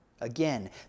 Again